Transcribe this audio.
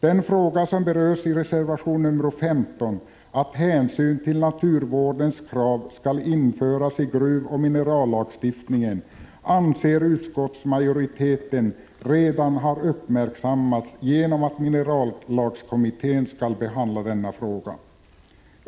Den fråga som berörs i reservation nr 15, att hänsyn till naturvårdens krav skall införas i gruvoch minerallagstiftningen, anser utskottsmajoriteten redan har uppmärksammats genom att minerallagskommittén skall behandla frågan.